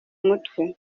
mutwe